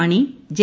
മണി J